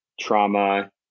trauma